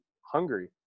Hungary